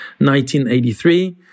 1983